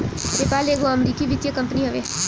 PayPal एगो अमरीकी वित्तीय कंपनी हवे